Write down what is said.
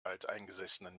alteingesessenen